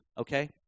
okay